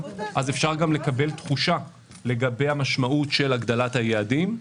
אפשר לקבל תחושה לגבי המשמעות של הגדלת היעדים.